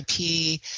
IP